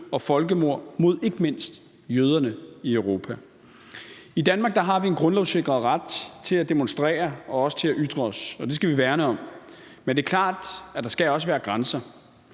og folkemord mod ikke mindst jøderne i Europa. I Danmark har vi en grundlovssikret ret til at demonstrere og også til at ytre os, og det skal vi værne om, men det er også klart, at der skal være grænser,